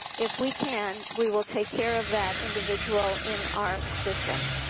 if we can, we will take care of that individual in our system.